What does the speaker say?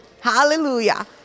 Hallelujah